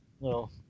No